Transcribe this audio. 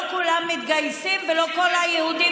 לא כולם מתגייסים ולא כל היהודים,